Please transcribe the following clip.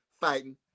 fighting